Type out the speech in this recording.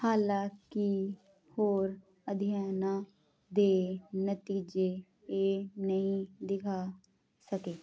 ਹਾਲਾਂਕਿ ਹੋਰ ਅਧਿਐਨਾਂ ਦੇ ਨਤੀਜੇ ਇਹ ਨਹੀਂ ਦਿਖਾ ਸਕੇ